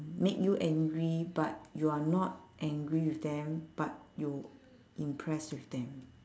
make you angry but you are not angry with them but you impressed with them